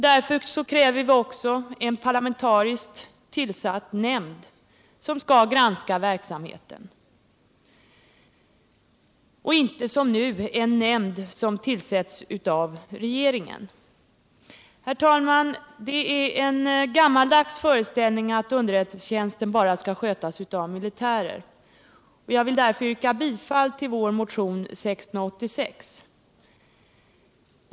Därför kräver vi också en parlamentariskt tillsatt nämnd som skall granska verksamheten och inte som nu en nämnd som tillsätts av regeringen. Herr talman! Det är en gammaldags förlegad föreställning att underrättelsetjänsten bara skall skötas av militärer. Jag vill därför yrka bifall till vår motion 686.